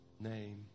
name